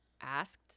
asked